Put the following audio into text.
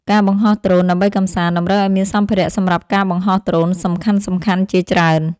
ការបង្ហោះដ្រូនដើម្បីកម្សាន្ត តម្រូវឲ្យមានសម្ភារៈសម្រាប់ការបង្ហោះដ្រូនសំខាន់ៗជាច្រើន។